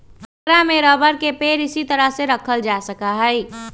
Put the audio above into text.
ऐकरा में रबर के पेड़ इसी तरह के रखल जा सका हई